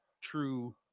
true